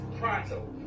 pronto